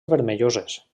vermelloses